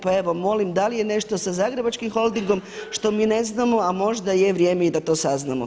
Pa evo molim da je nešto sa Zagrebačkim holdingom što mi ne znamo, a možda je vrijeme i da to saznamo.